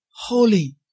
holy